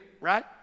right